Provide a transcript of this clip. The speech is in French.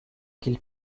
qu’il